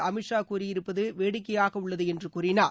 அமீத் ஷா கூறியிருப்பது வேடிக்கையாக உள்ளது என்று கூறினார்